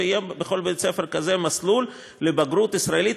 ויהיה בכל בית-ספר כזה מסלול לבגרות ישראלית.